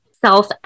self